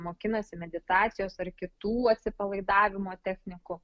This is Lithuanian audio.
mokinasi meditacijos ar kitų atsipalaidavimo technikų